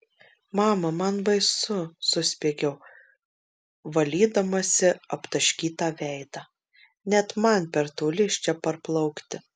mama man baisu suspiegiau valydamasi aptaškytą veidą net man per toli iš čia parplaukti